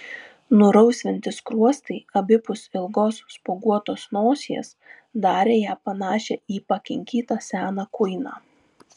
nurausvinti skruostai abipus ilgos spuoguotos nosies darė ją panašią į pakinkytą seną kuiną